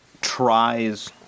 tries